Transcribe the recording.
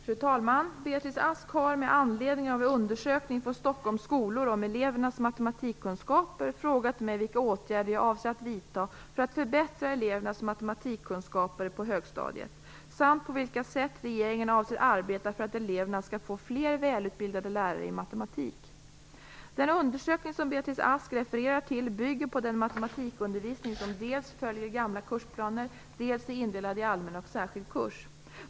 Fru talman! Beatrice Ask har med anledning av en undersökning från Stockholms skolor om elevernas matematikkunskaper frågat mig vilka åtgärder jag avser att vidta för att förbättra elevernas matematikkunskaper på högstadiet, samt på vilka sätt regeringen avser arbeta för att eleverna skall få fler välutbildade lärare i matematik. Den undersökning som Beatrice Ask refererar till bygger på den matematikundervisning som dels följer gamla kursplaner, dels är indelad i allmän och särskild kurs.